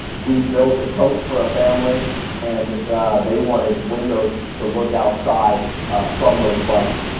we built a coach for a family and they wanted windows to look outside from those bunks.